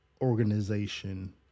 organization